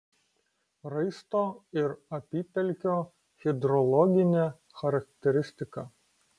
raisto ir apypelkio hidrologinė charakteristika